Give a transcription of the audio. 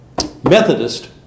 Methodist